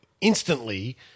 instantly